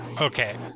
Okay